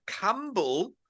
campbell